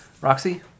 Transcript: Roxy